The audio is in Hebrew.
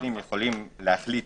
שהצדדים יכולים להחליט